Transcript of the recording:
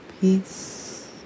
peace